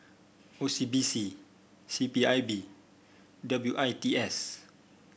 O C B C C P I B W I T S